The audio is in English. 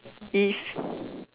if